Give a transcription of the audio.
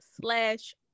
slash